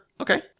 okay